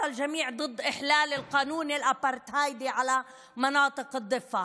כשהוא נכשל וכולם הצביעו נגד החלת החוק של האפרטהייד על אזורי הגדה.